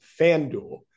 FanDuel